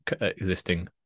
existing